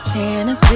Santa